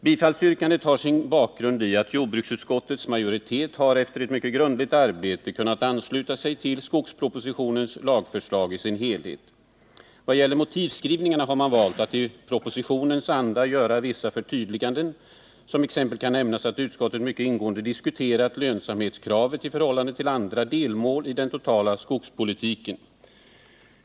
Bifallsyrkandet har sin bakgrund i att jordbruksutskottets majoritet efter ett mycket grundligt arbete har kunnat ansluta sig till skogspropositionens lagförslag i dess helhet. Vad gäller motivskrivningarna har man valt att i propositionens anda göra vissa förtydliganden. Som exempel kan nämnas att utskottet mycket ingående diskuterat lönsamhetskravet i förhållande till andra delmål i den totala skogspolitiken.